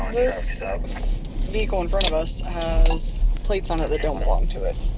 this vehicle in front of us has plates on it that don't belong to it.